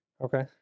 Okay